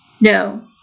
no